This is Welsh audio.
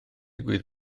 digwydd